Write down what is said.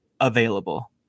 available